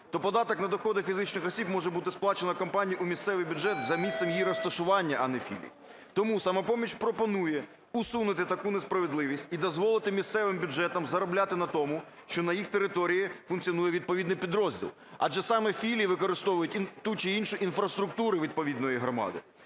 то податок на доходи фізичних осіб може бути сплачено компанією у місцевий бюджет за місцем її розташування, а не філії. Тому "Самопоміч" пропонує усунути таку несправедливість і дозволити місцевим бюджетам заробляти на тому, що на їх території функціонує відповідний підрозділ, адже саме філії використовують ту чи іншу інфраструктуру відповідної громади.